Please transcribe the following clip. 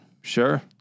Sure